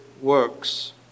works